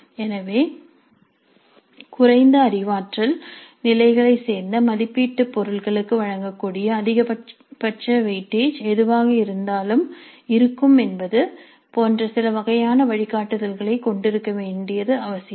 எனவே குறைந்த அறிவாற்றல் நிலைகளைச் சேர்ந்த மதிப்பீட்டுப் பொருட்களுக்கு வழங்கக்கூடிய அதிகபட்ச வெயிட்டேஜ் எதுவாக இருக்கும் என்பது போன்ற சில வகையான வழிகாட்டுதல்களைக் கொண்டிருக்க வேண்டியது அவசியம்